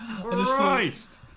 Christ